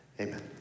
Amen